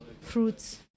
fruits